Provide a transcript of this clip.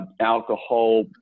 alcohol